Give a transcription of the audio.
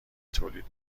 تولید